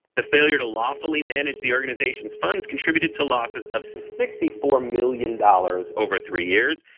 the failure to lawfully manage the organization's funds contributed to losses of sixty four million dollars over three years.